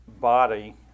body